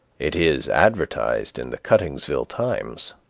it is advertised in the cuttingsville times.